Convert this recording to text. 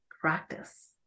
practice